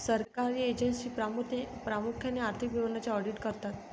सरकारी एजन्सी प्रामुख्याने आर्थिक विवरणांचे ऑडिट करतात